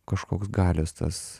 kažkoks galios tas